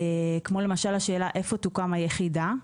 כמו למשל השאלה איפה תוקם היחידה.